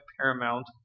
Paramount